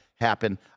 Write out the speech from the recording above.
happen